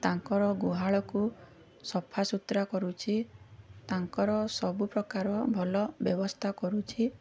ତାଙ୍କର ଗୁହାଳକୁ ସଫାସୁତୁରା କରୁଛି ତାଙ୍କର ସବୁପ୍ରକାର ଭଲ ବ୍ୟବସ୍ଥା କରୁଛି